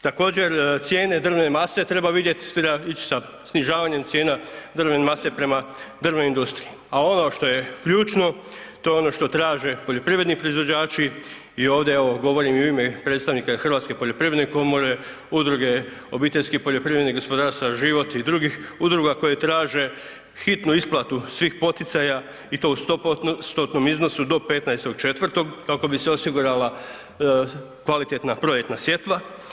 Također cijene drvne mase treba vidjeti, ići sa snižavanjem cijena drvne mase prema drvnoj industriji, a ono što je ključno to je ono što traže poljoprivredni proizvođači i ovde evo govorim i u ime predstavnika Hrvatske poljoprivredne komore, Udruge obiteljskih poljoprivrednih gospodarstava Život i drugih udruga koje traže hitnu isplatu svih poticaja i to u 100%-tom iznosu do 15.4. kako bi se osigurala kvalitetna proljetna sjetva.